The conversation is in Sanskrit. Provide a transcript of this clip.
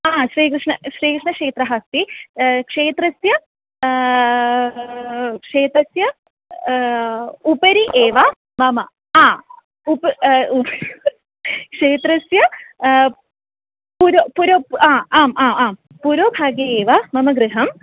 हा श्रीकृष्ण श्रीकृष्णक्षेत्रम् अस्ति क्षेत्रस्य क्षेत्रस्य उपरि एव मम हा उप क्षेत्रस्य पुरो पुरो आम् आम् आम् पुरोभागे एव मम गृहम्